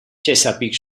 chesapeake